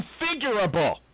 configurable